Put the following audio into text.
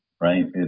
right